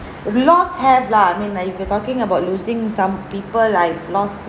loss have lah I mean ah if you are talking about losing some people like loss